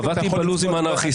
קבעתי בלו"ז עם אנרכיסטים,